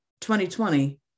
2020